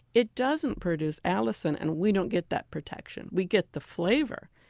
it doesn't produce ah allicin and we don't get that protection. we get the flavor,